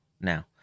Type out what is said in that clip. now